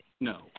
No